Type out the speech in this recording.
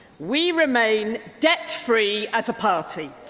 we remain debt free as a party.